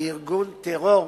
כארגון טרור,